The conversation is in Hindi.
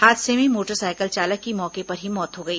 हादसे में मोटरसाइकिल चालक की मौके पर ही मौत हो गई